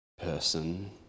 person